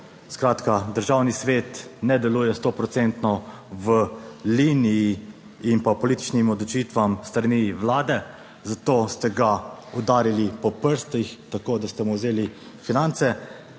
Skratka, Državni svet ne deluje sto procentno v liniji in pa političnim odločitvam s strani Vlade, zato ste ga udarili po prstih, tako, da ste mu vzeli finance,